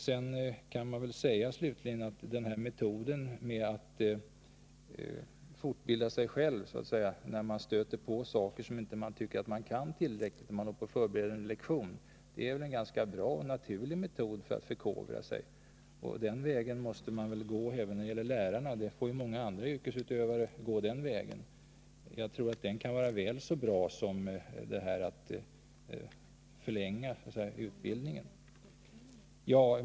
Jag kan slutligen säga att metoden med att fortbilda sig själv när man under lektionsförberedelse stöter på sådant som man inte tidigare kan tillräckligt, är en ganska bra och naturlig metod för att förkovra sig. Den vägen måste gå att använda även när det gäller lärare — många andra yrkesutövare får använda den. Och jag tror att den kan vara väl så bra som detta att förlänga utbildningen.